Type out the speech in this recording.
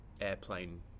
airplane